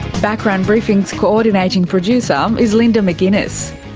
background briefing's coordinating producer um is linda mcginness,